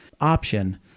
option